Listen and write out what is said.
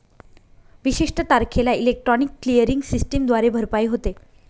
विशिष्ट तारखेला electronic clearing सिस्टमद्वारे भरपाई होते